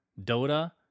Dota